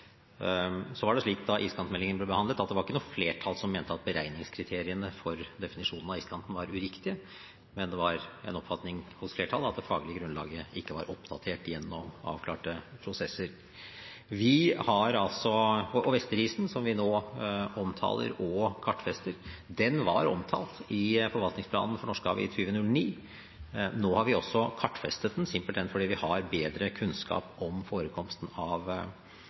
Da iskantmeldingen ble behandlet, var det ikke noe flertall som mente at beregningskriteriene for definisjonen av iskanten var uriktige, men det var en oppfatning hos flertallet om at det faglige grunnlaget ikke var oppdatert gjennom avklarte prosesser. Vesterisen, som vi nå omtaler og kartfester, var omtalt i forvaltningsplanen for Norskehavet i 2009. Nå har vi også kartfestet den, simpelthen fordi vi har bedre kunnskap om forekomsten av